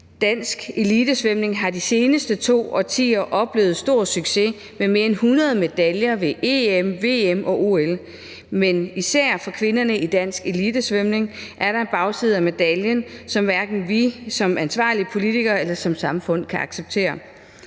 Dansk elitesvømning har de seneste to årtier oplevet stor succes med mere end 100 medaljer ved EM, VM og OL. Men især for kvinderne i dansk elitesvømning er der en bagside af medaljen, som hverken vi som ansvarlige politikere eller som samfund kan acceptere.